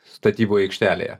statybų aikštelėje